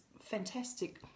fantastic